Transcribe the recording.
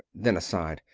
then, aside,